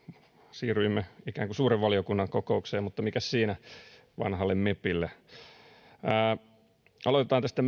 siirryimme ikään kuin suuren valiokunnan kokoukseen mutta mikäs siinä vanhalle mepille se sopii aloitetaan tästä